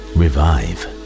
revive